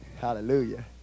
Hallelujah